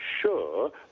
sure